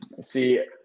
See